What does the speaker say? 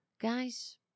Guys